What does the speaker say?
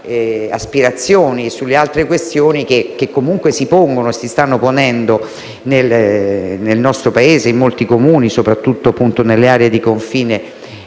grazie a tutta